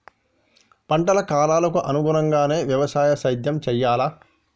పంటల కాలాలకు అనుగుణంగానే వ్యవసాయ సేద్యం చెయ్యాలా?